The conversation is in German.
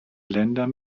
länder